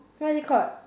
what is it called